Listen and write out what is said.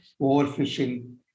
overfishing